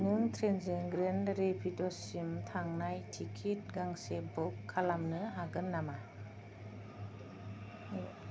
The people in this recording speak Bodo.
नों ट्रेनजों ग्रेन्ड रेपिड्ससिम थांनाय टिकेट गांसे बुक खालामनो हागोन नामा